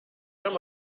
kann